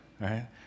right